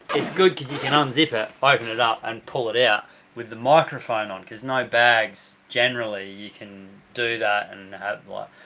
it's good because you can unzip it, ah open it up, and pull it out with the microphone on because no bags generally you can do that and have